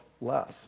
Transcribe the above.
less